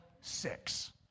six